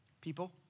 people